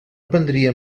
prendria